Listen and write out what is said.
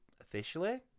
officially